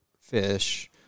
fish